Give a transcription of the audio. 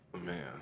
Man